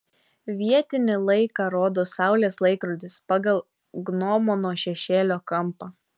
vietinį laiką rodo saulės laikrodis pagal gnomono šešėlio kampą